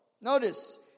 Notice